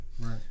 Right